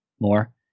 more